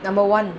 number one